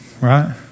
Right